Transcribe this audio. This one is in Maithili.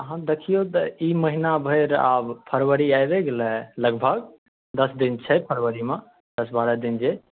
तहन देखियौ तऽ ई महिना भरि आब फरबरी आबिये गेलै लगभग दस दिन छै फरबरी मे दस बारह दिन जे